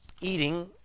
eating